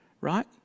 right